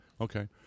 Okay